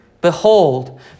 Behold